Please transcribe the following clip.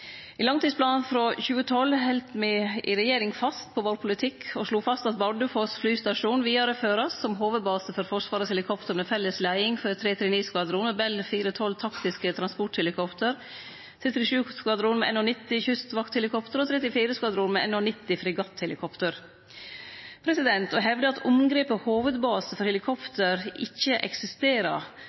I langtidsplanen frå 2012 heldt me i regjeringa fast på politikken vår og slo fast: «Bardufoss flystasjon videreføres som hovedbase for Forsvarets helikoptre med felles ledelse for 339 skvadron med Bell 412 taktiske transporthelikoptre, 337 skvadron med NH 90 kystvaktshelikoptre og 334 skvadron med NH 90 fregatthelikoptre.» Å hevde at omgrepet «hovudbase for helikopter» ikkje eksisterer,